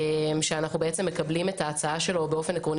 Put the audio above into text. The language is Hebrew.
שאנחנו מקבלים את ההצעה שלו באופן עקרוני